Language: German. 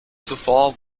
zuvor